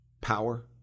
Power